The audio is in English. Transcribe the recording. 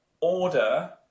order